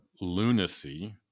lunacy